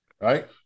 Right